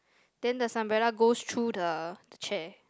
then there's umbrella goes through the the chair